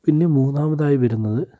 പിന്നെ മൂന്നാമതായി വരുന്നത്